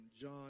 John